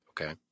okay